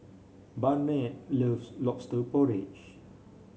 Barnett loves lobster porridge